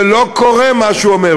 זה לא קורה, מה שהוא אומר.